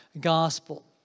gospel